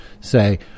say